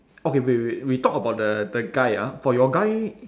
okay wait wait wait we talk about the the guy ah for your guy